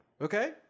Okay